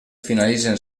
finalitzen